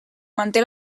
manté